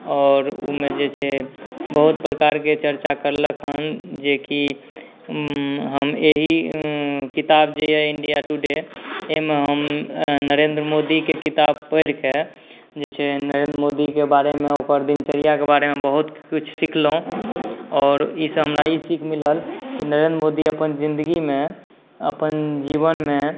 आओर ओहिमे जे छै बहुत प्रकारके चर्चा करलक हेँ जेकि हम एहि किताब जे यए इण्डिया टुडे एहिमे हम नरेन्द्र मोदीके किताब पढ़िके जे छै नरेन्द्र मोदीके बारेमे ओकर दिनचर्याके बारेमे बहुत किछु सिखलहुँ आओर एहिसँ हमरा ई सीख मिलल कि नरेन्द्र मोदी अपन जिन्दगीमे अपन जीवनमे